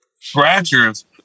scratchers